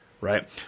Right